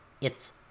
It's